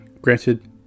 Granted